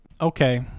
okay